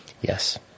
Yes